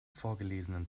vorgelesenen